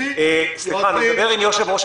כדי להכניס יד עובדת במקומו,